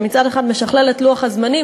שמצד אחד משכלל את לוח הזמנים,